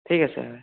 ঠিক আছে হয়